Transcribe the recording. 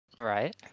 Right